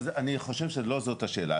אבל אני חושב שלא זאת השאלה.